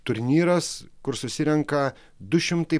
turnyras kur susirenka du šimtai